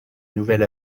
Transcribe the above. nouvel